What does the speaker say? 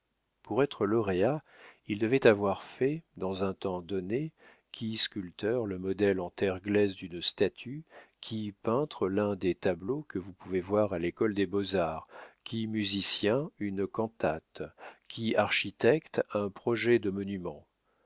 pour être lauréats ils devaient avoir fait dans un temps donné qui sculpteur le modèle en terre glaise d'une statue qui peintre l'un des tableaux que vous pouvez voir à l'école des beaux-arts qui musicien une cantate qui architecte un projet de monument